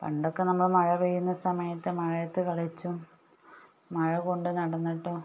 പണ്ടൊക്കെ നമ്മൾ മഴ പെയ്യുന്ന സമയത്ത് മഴയത്ത് കളിച്ചും മഴ കൊണ്ട് നടന്നിട്ടും